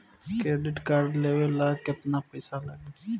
Debit card लेवे ला केतना पईसा लागी?